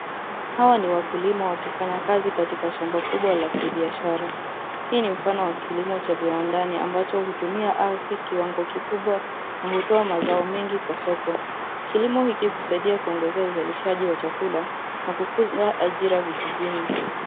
Hawa ni wakulima wakifanya kazi katika shamba kumbwa la kibiashara. Hii ni mfano wakilimo cha viwandani ambacho hutumia ardhi kiwango kikumbwa na hutoa mazao mengi kwa soko. Kilimo hiki husaidia kuongezea uzalishaji wa chakula na kukuza ajira vijijini.